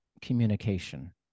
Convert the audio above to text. communication